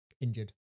injured